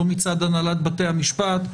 לא מצד הנהלת בתי המשפט,